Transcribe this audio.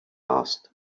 asked